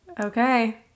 Okay